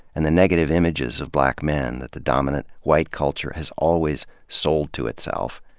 and the negative images of black men that the dominant white culture has always sold to itself,